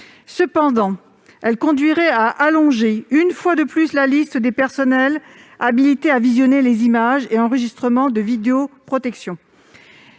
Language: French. telle disposition conduirait à allonger une fois de plus la liste des personnels habilités à visionner des images et enregistrements de vidéoprotection.